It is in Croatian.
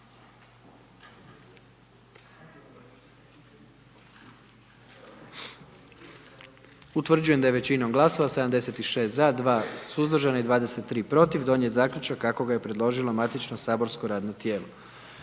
Utvrđujem da je većinom glasova 78 za i 1 suzdržan i 20 protiv donijet zaključak kako ga je predložilo matično saborsko radno tijelo.